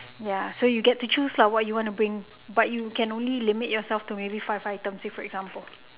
ya so you will get to choose lah what you want to bring but you can only limit yourself to maybe five items say for example